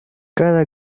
cada